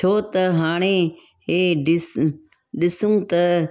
छोत हाणे ए ॾिस ॾिसूं त